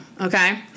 Okay